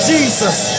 Jesus